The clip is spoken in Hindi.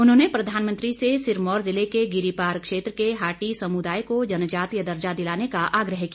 उन्होंने प्रधानमंत्री से सिरमौर जिले के गिरिपार क्षेत्र के हाटी समुदाय को जनजातीय दर्जा दिलाने का आग्रह किया